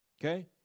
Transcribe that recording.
Okay